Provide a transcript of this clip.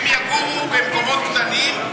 הם יגורו במקומות קטנים,